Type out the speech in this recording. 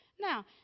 Now